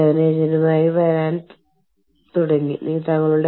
കാരണം യൂറോപ്പ് വളരെ നന്നായി ബന്ധപ്പെട്ടിരിക്കുന്നു